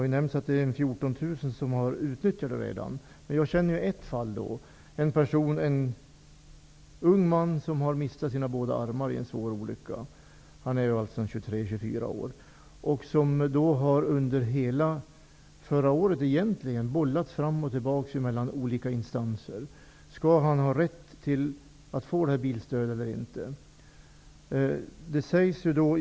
Bakgrunden till min fråga är ett speciellt fall. Det gäller en ung man som mistat båda armarna i en svår olycka. Den här mannen är 23 eller 24 år gammal. Hela förra året bollades hans fall fram och tillbaka mellan olika instanser. Skall denna person ha rätt till bilstöd eller inte?